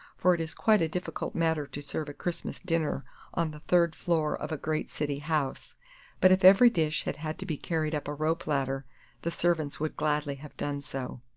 for it is quite a difficult matter to serve a christmas dinner on the third floor of a great city house but if every dish had had to be carried up a rope ladder the servants would gladly have done so.